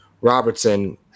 Robertson